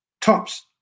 Tops